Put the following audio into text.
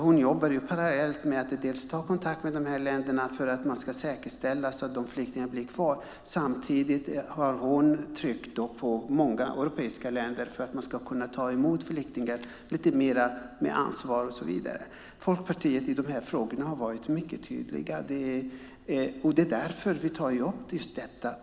Hon jobbar parallellt med att dels ta kontakt med de här länderna för att man ska säkerställa att de flyktingarna blir kvar, dels trycka på många europeiska länder för att man ska kunna ta emot flyktingar med lite mer ansvar och så vidare. Folkpartiet har i de här frågorna varit mycket tydligt. Det är därför vi tar upp detta.